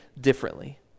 differently